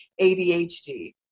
ADHD